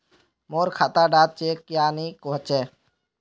मोर खाता डा चेक क्यानी होचए?